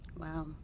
Wow